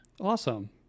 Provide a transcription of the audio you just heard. Awesome